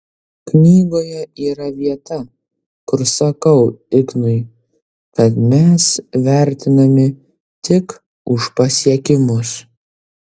knygoje yra vieta kur sakau ignui kad mes vertinami tik už pasiekimus